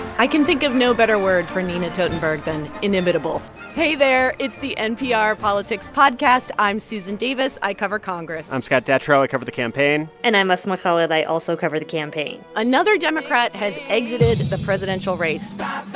i can think of no better word for nina totenberg than inimitable hey there. it's the npr politics podcast. i'm susan davis. i cover congress i'm scott detrow. i cover the campaign and i'm asma khalid. i also cover the campaign another democrat has exited the presidential race bye bye